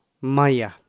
Maya